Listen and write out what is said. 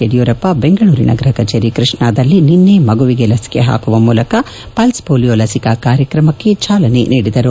ಯಡಿಯರೂಪ್ಪ ಬೆಂಗಳೂರಿನ ಗೃಹಕಚೇರಿ ಕೃಷ್ಣಾದಲ್ಲಿ ನಿನ್ನೆ ಮಗುವಿಗೆ ಲಸಿಕೆ ಹಾಕುವ ಮೂಲಕ ಪಲ್ಸ್ ವೊಲಿಯೋ ಲಸಿಕಾ ಕಾರ್ಯಕ್ರಮಕ್ಕೆ ಚಾಲನೆ ನೀಡಿದರು